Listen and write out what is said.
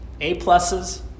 A-pluses